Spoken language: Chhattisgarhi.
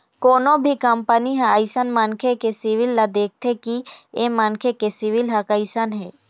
कोनो भी कंपनी ह अइसन मनखे के सिविल ल देखथे कि ऐ मनखे के सिविल ह कइसन हे